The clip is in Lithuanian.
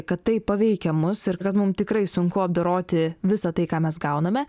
kad tai paveikia mus ir kad mum tikrai sunku apdoroti visą tai ką mes gauname